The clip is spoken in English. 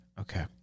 Okay